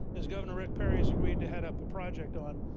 as governor rick perry has agreed to head up a project on,